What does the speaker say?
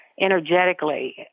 energetically